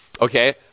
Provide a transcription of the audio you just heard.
Okay